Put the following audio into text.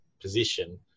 position